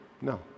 No